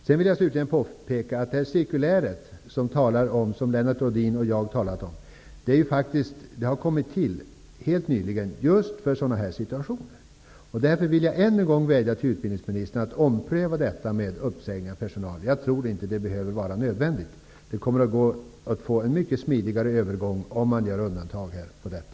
Jag vill slutligen påpeka att det cirkulär som Lennart Rohdin och jag talat om har tillkommit helt nyligen just för sådana här situationer. Jag vill därför än en gång vädja till utbildningsministern: Ompröva uppsägningen av personal. Jag tror inte att det är nödvändigt. Det går att få en mycket smidigare övergång om man gör undantag för detta.